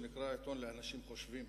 שנקרא "עיתון לאנשים חושבים",